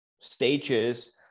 stages